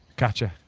gotcha.